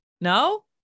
No